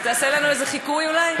אז תעשה לנו איזה חיקוי אולי?